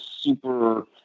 super